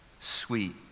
Sweet